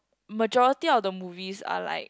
majority of the movies are like